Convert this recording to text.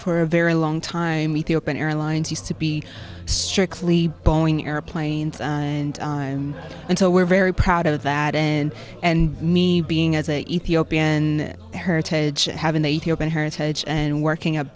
for a very long time ethiopian airlines used to be strictly boeing airplanes and and so we're very proud of that and and me being as a ethiopian her to have an eighty open heritage and working at